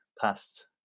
past